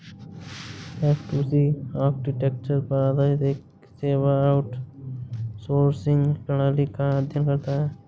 F two C architecture पर आधारित एक सेवा आउटसोर्सिंग प्रणाली का अध्ययन करता है